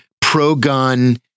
pro-gun